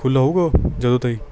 ਖੁੱਲ੍ਹਾ ਹੋਵੇਗਾ ਉਹ ਜਦੋਂ ਤਾਈਂ